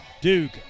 Duke